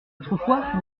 autrefois